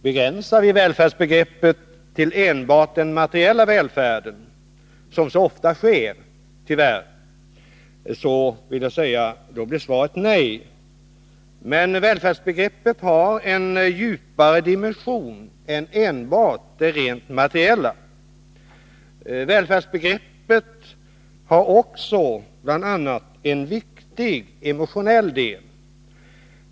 Begränsar vi välfärdsbegreppet till enbart den materiella välfärden, som tyvärr så ofta sker, blir svaret nej. Men välfärdsbegreppet har en djupare dimension än enbart det rent materiella. Välfärdsbegreppet har också bl.a. en viktig emotionell del.